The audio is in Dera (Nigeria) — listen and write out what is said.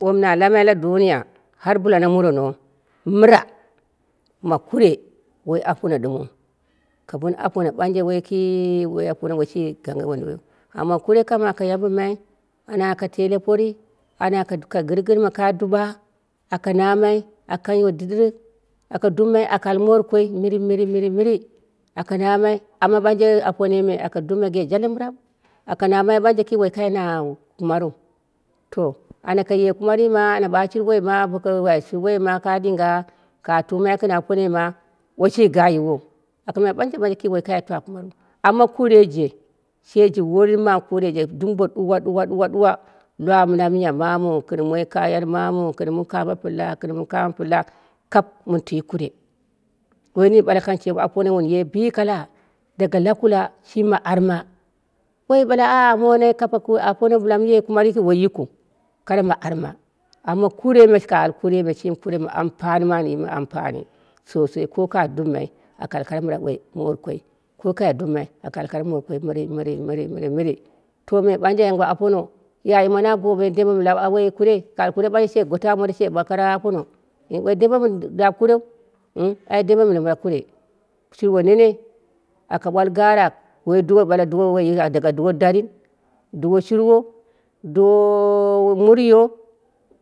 Womnalabmai la duniya harbɨla na murono mɨra ma kure woi apono ɗɨmɨu ka bɨn apono ɓanja woi ki apono woi shi gangan wunduwoiyiu, amma kure kam ana ake yambɨmai ana ako tegtile pori, ana ka gɨrgɨma ka duɓa aka namai aka kang yi wo dɨɗɨrik, aka dupmai aka al moot koi mɨrimɨrii aka na mai. Amma ɓanje aponoi me aka dup mai ge jal dɨbiram, aka namai ɓanje ki woi kai na kumaruwu. To ana kaye kumarii ma ana ɓa shurwoi ma boko wai shurwoi ma ka ɗinga ka tumai gɨn aponoi ma woi shi ga yiwou aka banghai ɓanje ɓanje ki woi kai twa kumaryiu, amma kureije sheji worin kureije dumbo ɗuwa ɗuwa ɗuwa lu a mɨna miya mamu gin maoi kawu gan mamu gɨn kamo aɨla gɨn mɨ kamo pɨla kap mɨn lwi kure, woi nini akan cewa apono wum ye bikala daga lakula shimi ma arma oi ɓale a a mone kape apono mɨye kumar yikɨu woi yikɨu kare ma arma. Amma kureime ka al kure ime shimi kure mɨ an yimu ampani mɨ au yimu ampani so sai ko kai dupamai aka al kare mɨra woi moot koi ko kai dupmai aka al kore moot koi mɨrii mɨ rii mɨrii, to me ɓanje ai ngwa apono, yayi mani a goɓeni dem mɨn lapwoi kurei ka al kure ɓanje she goto amomoan do she ɓak a pono woi dem be mɨn lap kurei ai dambe mɨn lap kurei, ai dembe mɨn lap kure shurwo nene, aka ɓwal garak, ai duwo wunduwoiyu daga duwo darin, duwo shurwo duwo muryo.